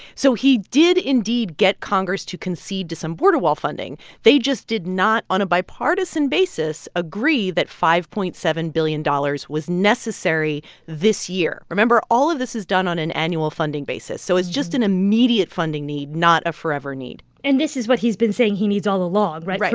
so he did indeed get congress to concede to some border wall funding. they just did not on a bipartisan basis agree that five point seven billion dollars was necessary this year. remember all of this is done on an annual funding basis. so it's just an immediate funding need, not a forever need and this is what he's been saying he needs all along, right?